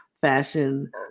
fashion